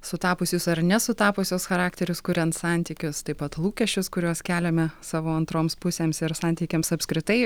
sutapusius ar nesutapusius charakterius kuriant santykius taip pat lūkesčius kuriuos keliame savo antroms pusėms ir santykiams apskritai